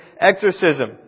exorcism